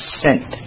sent